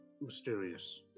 mysterious